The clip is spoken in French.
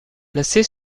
placée